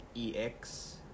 EX